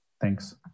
Thanks